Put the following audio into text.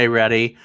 ready